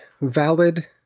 valid